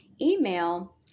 email